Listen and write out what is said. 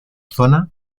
zona